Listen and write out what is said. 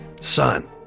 Son